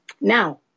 Now